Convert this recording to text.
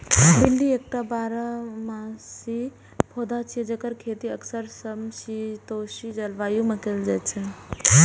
भिंडी एकटा बारहमासी पौधा छियै, जेकर खेती अक्सर समशीतोष्ण जलवायु मे कैल जाइ छै